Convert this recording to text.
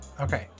Okay